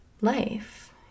life